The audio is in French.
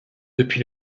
dès